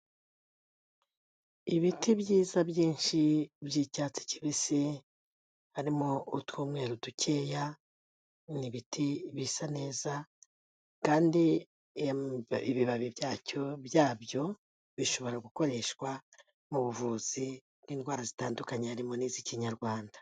Ibiti byiza byinshi by'icyatsi kibisi, harimo utw'umweru dukeya, ni ibiti bisa neza kandi ibibabi byabyo bishobora gukoreshwa mu buvuzi nk'indwara zitandukanye harimo n'iz'ikinyarwanda.